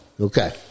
okay